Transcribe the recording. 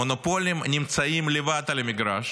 המונופולים נמצאים לבד על המגרש